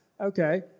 Okay